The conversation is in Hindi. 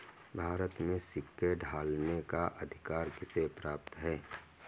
भारत में सिक्के ढालने का अधिकार किसे प्राप्त है?